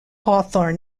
hawthorn